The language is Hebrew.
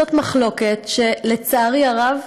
זאת מחלוקת שלצערי הרב,